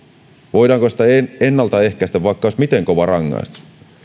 voidaanko sitä ennaltaehkäistä vaikka olisi miten kova rangaistus